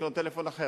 לקנות טלפון אחר.